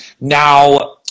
now